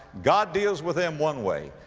god deals with then one way.